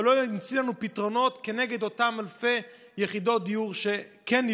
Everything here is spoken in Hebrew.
אבל לא המציא לנו פתרונות כנגד אותן אלפי יחידות דיור שנבנו.